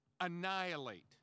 annihilate